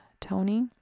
Tony